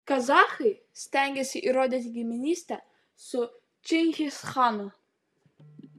kazachai stengiasi įrodyti giminystę su čingischanu